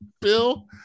Bill